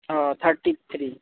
thirty three